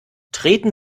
treten